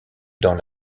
dans